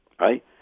right